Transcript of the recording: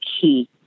key